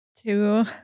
Two